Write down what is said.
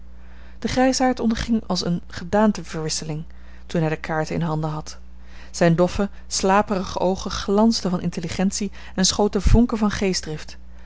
de grijsaard onderging als eene gedaanteverwisseling toen hij de kaarten in handen had zijne doffe slaperige oogen glansden van intelligentie en schoten vonken van geestdrift